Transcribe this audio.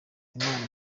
imana